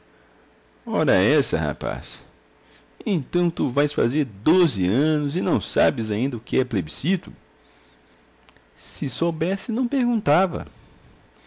ora essa rapaz então tu vais fazer doze anos e não sabes ainda o que é plebiscito se soubesse não perguntava